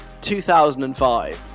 2005